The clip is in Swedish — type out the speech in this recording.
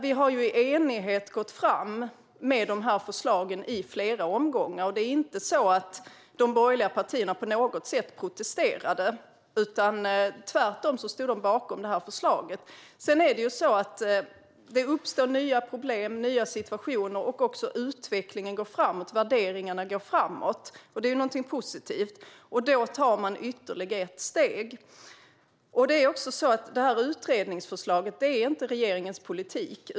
Vi har ju i enighet gått fram med de här förslagen i flera omgångar. Det är inte så att de borgerliga partierna på något sätt protesterade, utan tvärtom stod de bakom det här förslaget. Det uppstår nya problem och nya situationer. Utvecklingen går framåt, och värderingar går framåt. Det är någonting positivt, och då tar man ytterligare ett steg. Utredningsförslaget är inte heller regeringens politik.